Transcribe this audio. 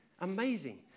Amazing